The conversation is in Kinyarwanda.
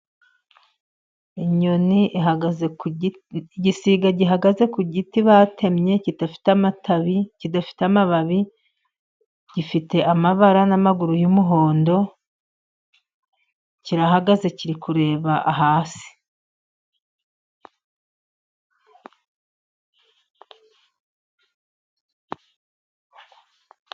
Inyoni ihagazeku giti, igisiga gihagaze ku giti batemye kidafite amatabi, kidafite amababi; gifite amabara n'amaguru y'umuhondo kirahagaze kiri kureba hasi.